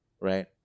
Right